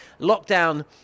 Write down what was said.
lockdown